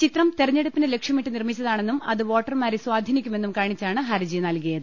ചിത്രം തെരഞ്ഞെടുപ്പിനെ ലക്ഷ്യമിട്ട് നിർമ്മിച്ചതാണെന്നും അത് വോട്ടർമാരെ സ്വാധീനിക്കുമെന്നും കാണിച്ചാണ് ഹർജി നൽകിയത്